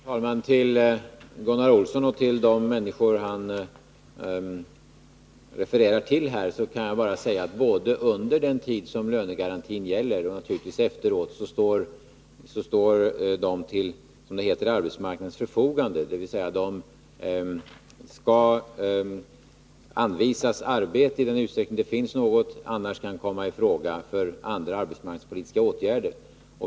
Herr talman! Till Gunnar Olsson och de människor han refererar till kan jag bara säga att både under den tid som lönegarantin gäller och naturligtvis också efteråt står de som berörs till arbetsmarknadens förfogande, som det heter. Därmed menas att de skall anvisas arbete i den utsträckning det finns något, och annars kan de komma i fråga för andra arbetsmarknadspolitiska åtgärder.